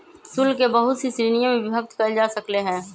शुल्क के बहुत सी श्रीणिय में विभक्त कइल जा सकले है